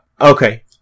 okay